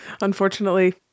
Unfortunately